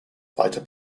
fighter